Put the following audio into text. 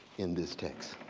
in this text.